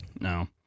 no